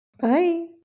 Bye